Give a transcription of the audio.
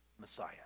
Messiah